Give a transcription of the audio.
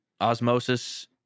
Osmosis